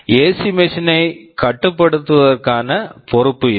AC machine AC Machine ஐ கட்டுப்படுத்துவதற்கான பொறுப்பு இது